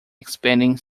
expanding